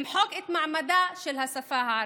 למחוק את מעמדה של השפה הערבית,